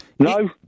No